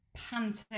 panto